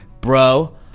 Bro